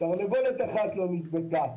תרנגולת אחת לא נדבקה.